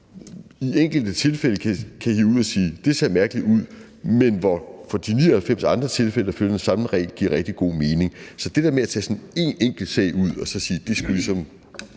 i enkelte tilfælde kan hive noget ud og sige, at det ser mærkeligt ud, men hvor man i de 99 andre tilfælde vil sige, at den samme regel giver rigtig god mening. Så det der med at tage en enkelt sag ud og så sige, at her er et eksempel